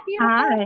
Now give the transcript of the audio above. Hi